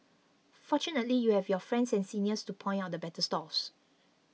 fortunately you have your friends and seniors to point out the better stalls